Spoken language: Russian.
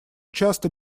часто